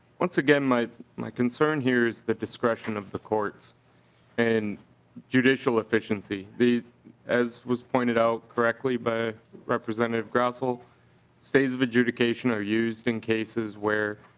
once again my my concern here is the discretion of the court's and judicial efficiency. as was pointed out correctly by representative grossell stays of adjudication are used in cases where